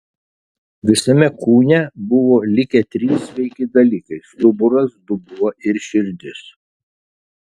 visame kūne buvo likę trys sveiki dalykai stuburas dubuo ir širdis